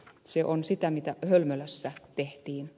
se on sitä mitä hölmölässä tehtiin